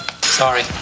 Sorry